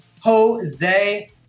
Jose